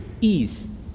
ease